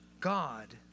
God